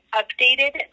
updated